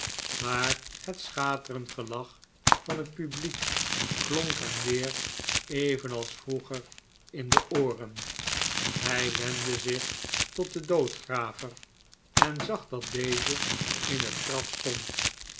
maar het schaterend gelach van het publiek klonk hem weer evenals vroeger in de ooren hij wendde zich tot den doodgraver en zag dat deze in het graf stond